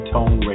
Tone